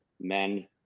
men